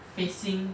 facing